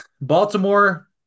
Baltimore